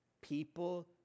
people